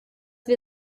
wir